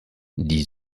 die